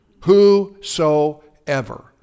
whosoever